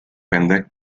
pendek